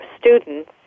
students